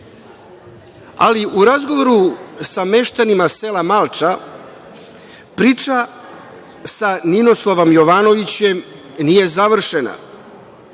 razgovoru sa meštanima sela Malča priča sa Ninoslavom Jovanovićem nije završena.